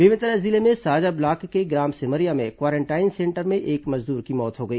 बेमेतरा जिले में साजा ब्लॉक के ग्राम सेमरिया में क्वारेंटाइन सेंटर में एक मजदूर की मौत हो गई